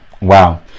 wow